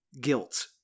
guilt